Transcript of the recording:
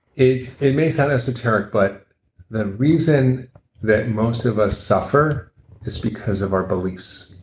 it it may sound esoteric but the reason that most of us suffer is because of our beliefs